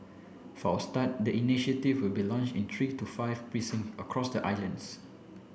for a start the initiative will be launched in three to five precincts across the islands